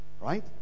right